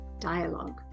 dialogue